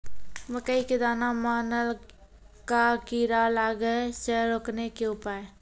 मकई के दाना मां नल का कीड़ा लागे से रोकने के उपाय?